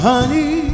Honey